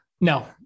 no